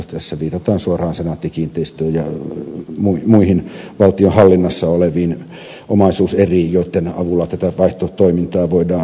tässä viitataan suoraan senaatti kiinteistöihin ja muihin valtion hallinnassa oleviin omaisuuseriin joitten avulla tätä vaihtotoimintaa voidaan harjoittaa